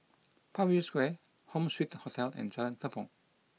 Parkview Square Home Suite Hotel and Jalan Tepong